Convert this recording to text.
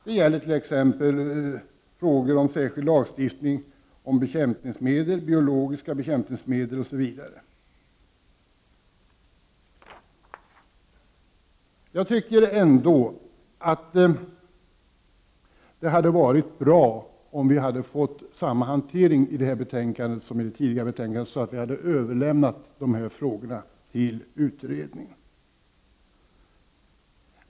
Det finns det däremot i fråga om en särskild lagstiftning om bekämpningsmedel, biologiska bekämpningsmedel osv. Det hade dock varit bra om samma hantering hade skett i det här betänkandet som i det tidigare betänkandet, så att dessa frågor hade överlämnats till utredningen.